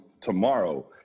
tomorrow